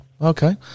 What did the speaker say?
Okay